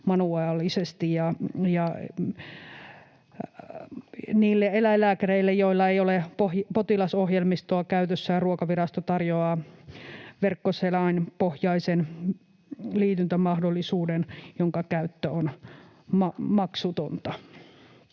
manuaalisesti. Niille eläinlääkäreille, joilla ei ole potilasohjelmistoa käytössään, Ruokavirasto tarjoaa verkkoselainpohjaisen liityntämahdollisuuden, jonka käyttö on maksutonta.